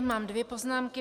Mám dvě poznámky.